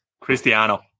Cristiano